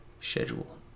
schedule